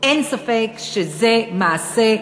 אין ספק שזה מעשה,